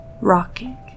rocking